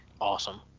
awesome